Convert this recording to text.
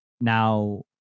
Now